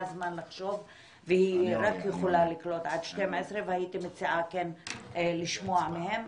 היא יכולה לקלוט רק עד 12 והייתי מציעה לשמוע מהם,